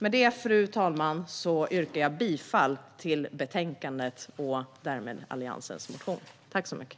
Med det, fru talman, yrkar jag bifall till förslaget i betänkandet och därmed till förslaget i Alliansens motion.